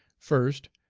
first,